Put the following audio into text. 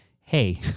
hey